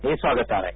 हे स्वागतार्ह आहे